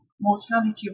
mortality